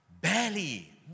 Belly